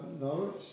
No